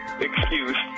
excuse